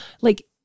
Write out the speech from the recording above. like-